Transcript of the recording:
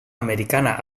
americana